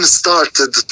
started